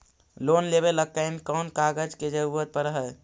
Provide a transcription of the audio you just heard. Loan लेबे ल कैन कौन कागज के जरुरत पड़ है?